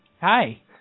Hi